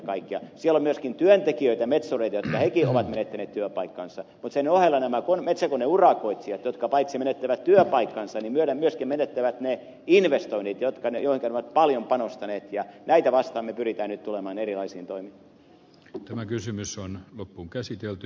siellä on myöskin työntekijöitä metsureita jotka hekin ovat menettäneet työpaikkansa mutta sen ohella nämä metsäkoneurakoitsijat jotka paitsi menettävät työpaikkansa myöskin menettävät ne investoinnit joihinka he ovat paljon panostaneet ja näitä vastaan me pyrimme nyt tulemaan erilaisin toimin